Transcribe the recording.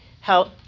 help